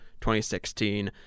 2016